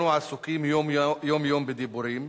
בימים שבהם עסוקה החברה בישראל בפציעת עצמה עד זוב דם.